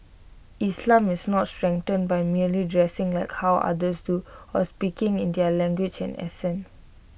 islam is not strengthened by merely dressing like how others do or speaking in their language and accent